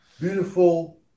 Beautiful